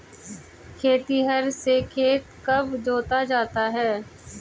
खेतिहर से खेत कब जोता जाता है?